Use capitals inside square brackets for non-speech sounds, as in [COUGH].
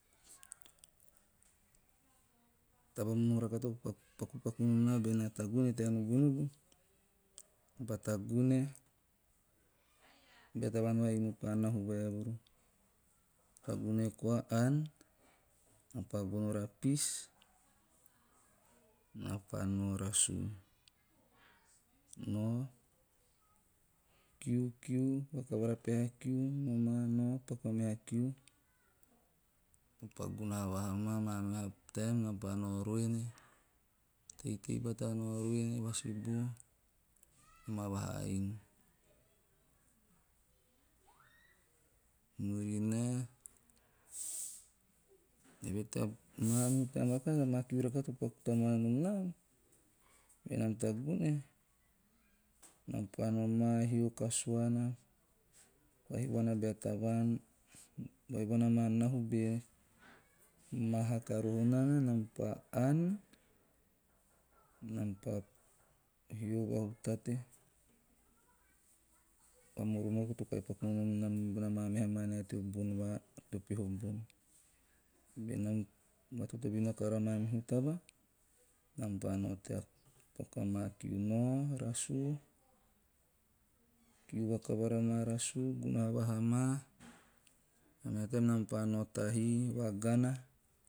Taba momohu rakaha to pakupaku nom naa benaa tagune tea nubunubu, naa pa tagune, bea taavan va inu pa nahu vaevuru. Tagune koa, ann, na pa gono rapis, na pa nao rasu. Nao, kiu, kiu vakavara peha kiu na pa nao paku a meha kiu naa pa gunaha vahaa maa. Maa meha taem naa pa nao ruena, teitei bata nao ruene, teitei bata nao ruene vasibu nomaa vaha inu murinae, evehe tea mamihu taem rakaha amaa kiu rakaha to paku nom naa, benam tagune, naa pa nomaa hio kasuana, vai huana bea tavaan vaihuana bona maa nahu be mahaka roko hana nam pa ann, nam pa hio vahutate vamoromoroko to kahi paku voonom nam mibona maa meha manae teo bon va [UNINTELLIGIBLE] teo peho bon. Benam va totobin vakavara a mamihu taba, nam pa nao tea oaku a maa kiu. Nao rasuu, nam vakavara maa rasuu gunaha vaha maa, maa meha taem nam pa nao tahi vagana.